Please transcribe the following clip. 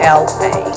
la